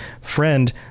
friend